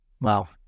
Wow